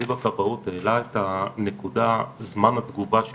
אני מצטט דווקא מסמך של כבאות,